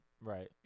right